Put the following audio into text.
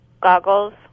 goggles